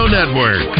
Network